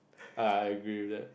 ah I agree with that